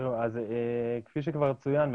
כפי שכבר צוין,